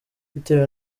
bitewe